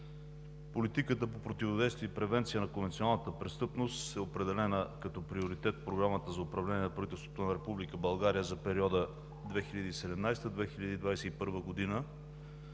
Политиката по противодействие и превенция на конвенционалната престъпност е определена като приоритет в Програмата за управление на правителството на Република България за периода 2017 – 2021 г.